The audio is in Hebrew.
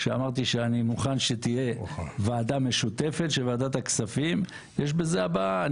שאמרתי שאני מוכן שתהיה ועדה משותפת של ועדת הכספים יש בזה הבעה.